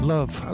Love